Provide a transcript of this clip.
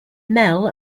mel